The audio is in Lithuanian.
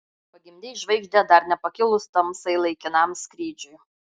pagimdei žvaigždę dar nepakilus tamsai laikinam skrydžiui